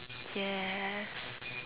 ya